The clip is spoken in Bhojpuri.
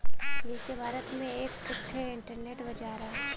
जइसे भारत में एक ठे इन्टरनेट बाजार हौ